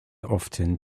often